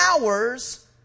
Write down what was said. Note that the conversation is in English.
Hours